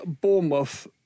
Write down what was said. Bournemouth